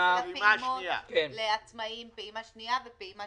הפעימות לעצמאים פעימה שנייה ופעימה